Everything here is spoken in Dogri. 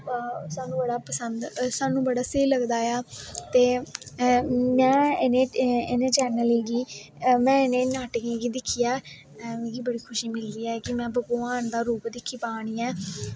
स्हानू बड़ा स्हेई सगदा ऐ ते में इनें चैन्नलें गी में इनें नाटकें गी दिक्खियै मिगी बड़ी खुशी मिलदी ऐ कि में भगवान दा रूप दिक्खी पा नी ऐं ते